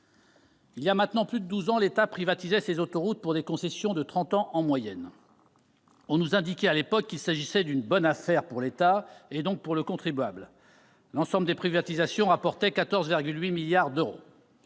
Voilà maintenant plus de douze ans, l'État privatisait ses autoroutes pour des concessions de trente ans en moyenne. On nous indiquait à l'époque qu'il s'agissait d'une « bonne affaire » pour l'État, donc pour le contribuable. L'ensemble des privatisations rapportait 14,8 milliards d'euros.